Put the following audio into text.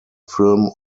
film